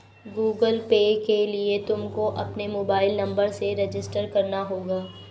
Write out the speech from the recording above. Google Pay के लिए तुमको अपने मोबाईल नंबर से रजिस्टर करना होगा